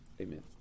amen